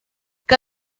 que